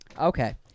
Okay